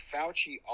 Fauci